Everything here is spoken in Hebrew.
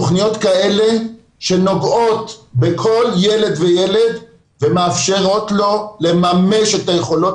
תוכניות כאלו שנוגעות בכל ילד וילד ומאפשרות לו לממש את היכולות